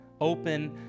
open